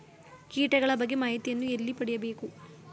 ಕೀಟಗಳ ಬಗ್ಗೆ ಮಾಹಿತಿಯನ್ನು ಎಲ್ಲಿ ಪಡೆಯಬೇಕು?